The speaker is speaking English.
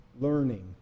learning